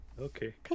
Okay